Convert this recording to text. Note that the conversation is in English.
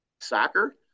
soccer